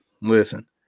Listen